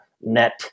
net